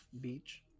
Beach